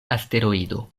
asteroido